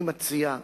אני מציע,